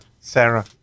sarah